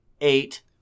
eight